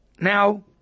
now